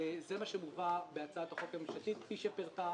שזה מה שמובא בהצעת החוק הממשלתית כפי שפירטת,